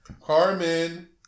Carmen